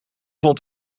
vond